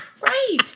Right